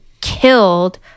killed